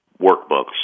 workbooks